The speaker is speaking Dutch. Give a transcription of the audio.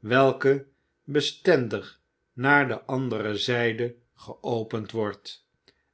welke bestendig naar de andere zyde geopend wordt